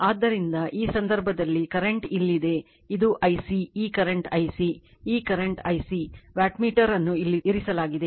ಆದ್ದರಿಂದ ಈ ಸಂದರ್ಭದಲ್ಲಿ ಕರೆಂಟ್ ಇಲ್ಲಿದೆ ಇದು Ic ಈ ಕರೆಂಟ್ Ic ಈ ಕರೆಂಟ್ Ic ವ್ಯಾಟ್ಮೀಟರ್ ಅನ್ನು ಇಲ್ಲಿ ಇರಿಸಲಾಗಿದೆ